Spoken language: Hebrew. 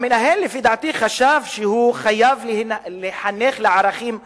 המנהל לפי דעתי חשב שהוא חייב לחנך לערכים הומניים.